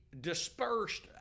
dispersed